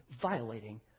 violating